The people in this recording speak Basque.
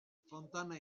fontana